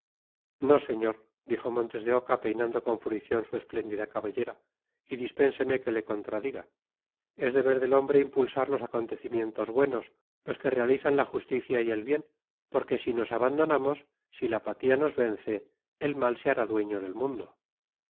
no señor dijo montes de oca peinando con fruición su espléndida cabellera y dispénseme que le contradiga es deber del hombre impulsar los acontecimientos buenos los que realizan la justicia y el bien porque si nos abandonamos si la apatía nos vence el mal se hará dueño del mundo